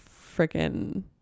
freaking